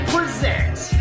Presents